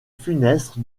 funeste